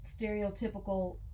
stereotypical